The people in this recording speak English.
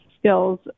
skills